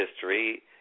history